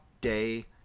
day